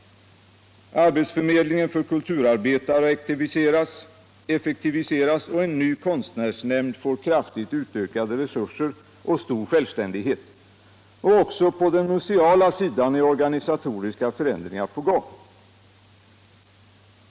Arbetsförmedlingen för kulturarbetare effektiviseras, och en ny konstnärsnämnd får kraftigt utökade resurser och stor självständighet. Också på den museala sidan är organisatoriska förändringar på gång.